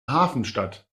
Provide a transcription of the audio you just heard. hafenstadt